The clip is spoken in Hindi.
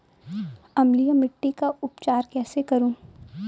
अम्लीय मिट्टी का उपचार कैसे करूँ?